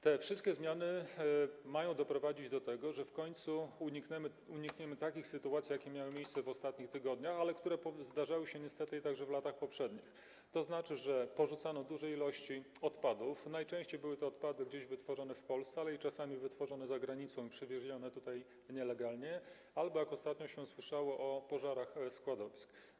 Te wszystkie zmiany mają doprowadzić do tego, że w końcu unikniemy takich sytuacji, jakie miały miejsce w ostatnich tygodniach, ale które zdarzały się niestety także w latach poprzednich, że porzuca się duże ilości odpadów - najczęściej były to odpady wytworzone gdzieś w Polsce, ale czasami wytworzone za granicą i przywiezione tutaj nielegalnie - albo, jak ostatnio się słyszało, że mamy pożary składowisk.